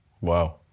wow